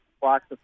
blocks